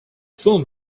film